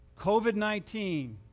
COVID-19